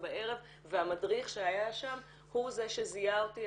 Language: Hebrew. בערב והמדריך שהיה שם הוא זה שזיהה אותי".